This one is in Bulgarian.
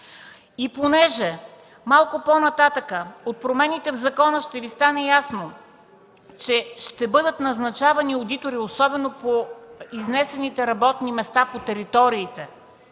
Понеже малко по-нататък от промените в закона ще Ви стане ясно, че ще бъдат назначавани одитори, особено по изнесените работни места по териториите,